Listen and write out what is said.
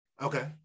okay